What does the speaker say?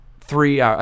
three